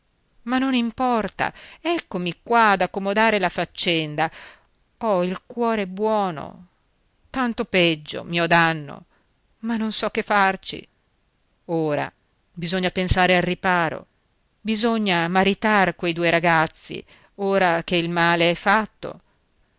ma non importa eccomi qua ad accomodare la faccenda ho il cuore buono tanto peggio mio danno ma non so che farci ora bisogna pensare al riparo bisogna maritar quei due ragazzi ora che il male è fatto